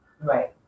Right